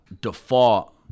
default